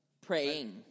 praying